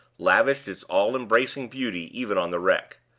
lavished its all-embracing beauty even on the wreck.